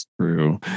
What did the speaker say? true